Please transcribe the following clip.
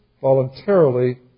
voluntarily